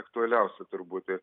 aktualiausia turbūt ir